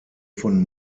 von